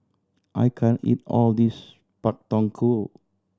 I can't eat all of this Pak Thong Ko